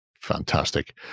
fantastic